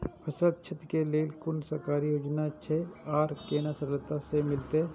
फसल छति के लेल कुन सरकारी योजना छै आर केना सरलता से मिलते?